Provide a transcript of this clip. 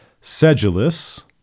sedulous